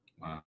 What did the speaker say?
Wow